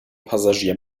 passagier